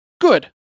Good